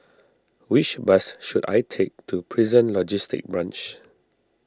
which bus should I take to Prison Logistic Branch